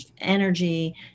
energy